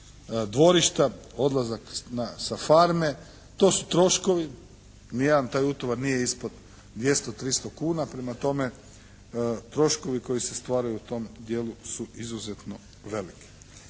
dvorišta, odlazak sa farme. To su troškovi. Ni jedan taj utovar nije ispod 200, 300 kuna, prema tome troškovi koji se stvaraju u tom dijelu su izuzetno veliki.